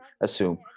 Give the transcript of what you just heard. assume